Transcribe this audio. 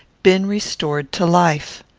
been restored to life.